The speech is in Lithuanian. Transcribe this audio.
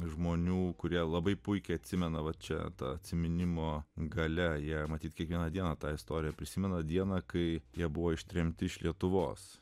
žmonių kurie labai puikiai atsimena va čia ta atsiminimo galia jie matyt kiekvieną dieną tą istoriją prisimena dieną kai jie buvo ištremti iš lietuvos